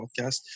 podcast